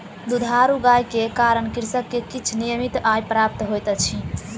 दुधारू गाय के कारण कृषक के किछ नियमित आय प्राप्त होइत अछि